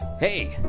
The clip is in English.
Hey